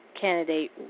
Candidate